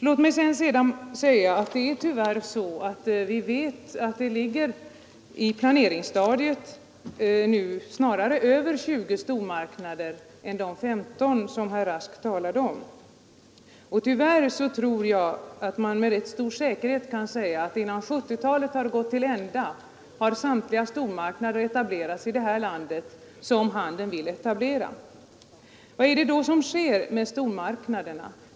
Låt mig sedan säga att vi vet att det nu på planeringsstadiet är snarare över 20 stormarknader än de 15 som herr Blomkvist talade om. Jag tror att man tyvärr med rätt stor säkerhet kan säga att innan 1970-talet har gått till ända har samtliga de stormarknader etablerats i det här landet som handeln vill etablera. Vad är det då som sker med stormarknaderna?